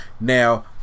now